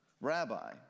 rabbi